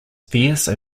fierce